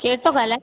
केरु थो ॻाल्हाए